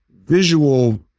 visual